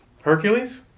Hercules